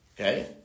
Okay